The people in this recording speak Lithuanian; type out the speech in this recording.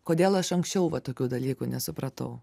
kodėl aš anksčiau va tokių dalykų nesupratau